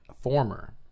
former